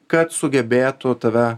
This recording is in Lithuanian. kad sugebėtų tave